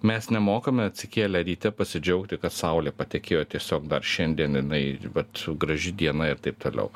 mes nemokame atsikėlę ryte pasidžiaugti kad saulė patekėjo tiesiog dar šiandien jinai vat graži diena ir taip toliau